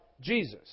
jesus